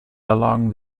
along